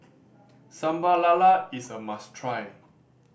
Sambal Lala is a must try